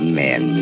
men